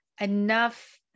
enough